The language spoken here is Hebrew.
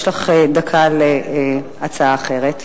יש לך דקה להצעה אחרת.